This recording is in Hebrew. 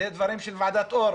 אלה דברים של ועדת אור,